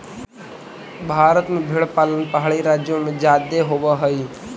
भारत में भेंड़ पालन पहाड़ी राज्यों में जादे होब हई